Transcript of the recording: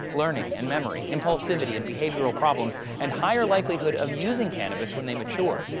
learning and memory, impulsivity and behavioral problems and higher likelihood of using cannabis when they mature.